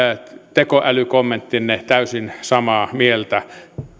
tekoälykommenttinne täysin samaa mieltä